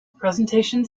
presentation